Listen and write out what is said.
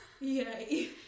Yay